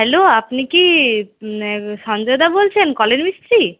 hello আপনি কি সঞ্জয়দা বলছেন কলের মিস্ত্রি